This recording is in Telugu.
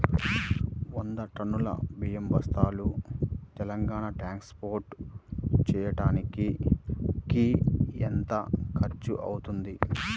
వంద టన్నులు బియ్యం బస్తాలు తెలంగాణ ట్రాస్పోర్ట్ చేయటానికి కి ఎంత ఖర్చు అవుతుంది?